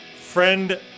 friend